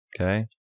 Okay